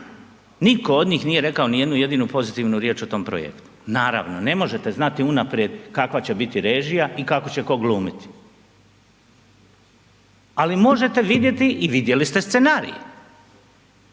niko od njih nije rekao ni jednu jedinu pozitivnu riječ o tom projektu, naravno ne možete znati unaprijed kakva će biti režija i kako će ko glumiti, ali možete vidjeti i vidjeli ste scenarij,